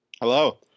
Hello